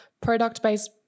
product-based